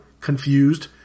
confused